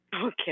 Okay